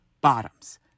bottoms